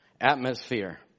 atmosphere